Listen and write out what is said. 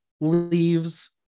leaves